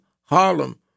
Harlem